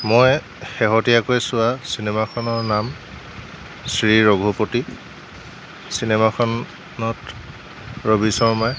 মই শেহতীয়াকৈ চোৱা চিনেমাখনৰ নাম শ্ৰী ৰঘুপতি চিনেমাখনত ৰবি শৰ্মাই